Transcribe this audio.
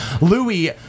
Louis